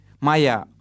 maya